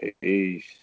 Peace